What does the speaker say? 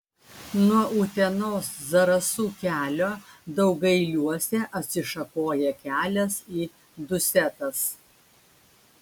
nuo utenos zarasų kelio daugailiuose atsišakoja kelias į dusetas